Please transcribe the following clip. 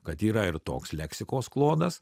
kad yra ir toks leksikos klodas